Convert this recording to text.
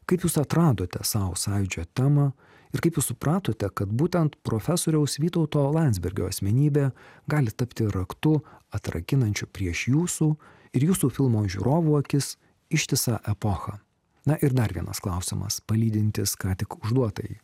kaip jūs atradote sau sąjūdžio temą ir kaip jūs supratote kad būtent profesoriaus vytauto landsbergio asmenybė gali tapti raktu atrakinančiu prieš jūsų ir jūsų filmo žiūrovų akis ištisą epochą na ir dar vienas klausimas palydintis ką tik užduotąjį